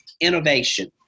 innovation